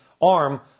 arm